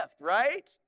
Right